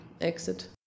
exit